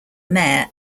mayor